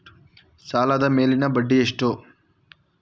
ಸಾಲದ ಮೇಲಿನ ಬಡ್ಡಿ ಎಷ್ಟು?